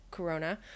Corona